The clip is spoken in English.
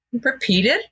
repeated